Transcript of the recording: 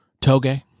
Toge